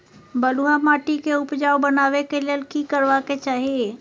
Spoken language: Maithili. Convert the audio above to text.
बालुहा माटी के उपजाउ बनाबै के लेल की करबा के चाही?